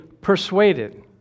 persuaded